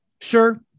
Sure